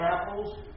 apples